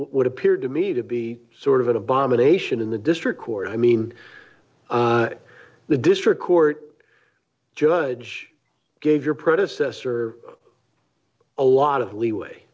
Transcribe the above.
would appear to me to be sort of an abomination in the district court i mean the district court judge gave your predecessor a lot of leeway